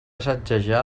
sacsejar